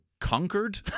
conquered